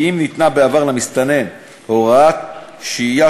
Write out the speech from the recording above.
כי אם ניתנה בעבר למסתנן הוראת שהייה